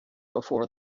before